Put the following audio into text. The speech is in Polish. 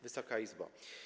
Wysoka Izbo!